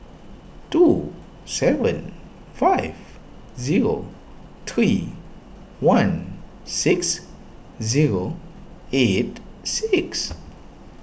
two seven five zero three one six zero eight six